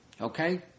Okay